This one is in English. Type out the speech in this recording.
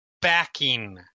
backing